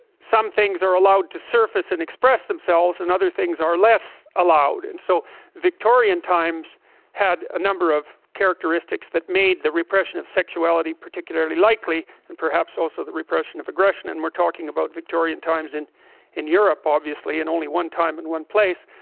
some things are allowed to surface express themselves and other things are less allowed. and so victorian times had a number of characteristics that made the repression of sexuality particularly likely and perhaps also the repression of aggression and we're talking about victorian times in in europe, obviously and only one time in one place